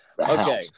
Okay